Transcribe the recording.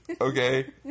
okay